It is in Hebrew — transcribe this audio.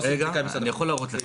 אני יכול להראות לך.